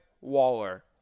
Waller